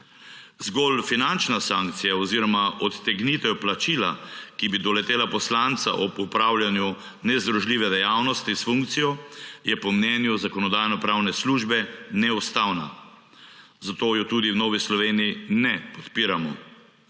Zgolj finančna sankcija oziroma odtegnitev plačila, ki bi doletela poslanca ob opravljanju nezdružljive dejavnosti s funkcijo, je po mnenju Zakonodajno-pravne službe neustavna. Zato jo tudi v Novi Sloveniji ne podpiramo.